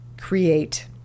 create